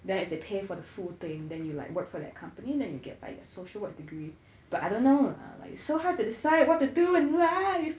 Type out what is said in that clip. that they pay for the full thing then you like work for that company then you get by your social work degree but I don't know lah like it's so hard to decide what to do and why